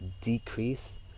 decrease